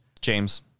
James